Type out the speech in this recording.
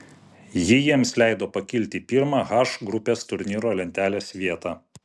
ji jiems leido pakilti į pirmą h grupės turnyro lentelės vietą